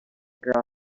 girl